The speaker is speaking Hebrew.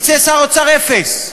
יצא שר אוצר אפס.